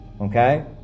Okay